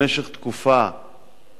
למשך תקופה ניכרת,